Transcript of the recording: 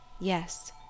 Yes